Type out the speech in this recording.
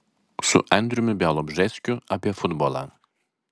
su andriumi bialobžeskiu apie futbolą